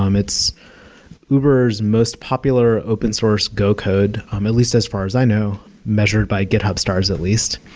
um it's uber s most popular open source go code, um at least as far as i know, measured by github stars at least.